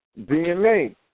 DNA